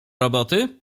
roboty